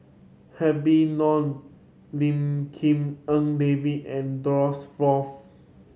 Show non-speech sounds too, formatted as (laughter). Habib Noh Lim (unintelligible) En David and Douglas Foo